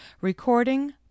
Recording